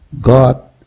God